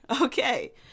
Okay